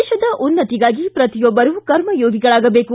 ದೇಶದ ಉನ್ನತಿಗಾಗಿ ಪ್ರತಿಯೊಬ್ಬರೂ ಕರ್ಮಯೋಗಿಗಳಾಗಬೇಕು